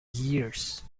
years